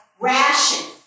ration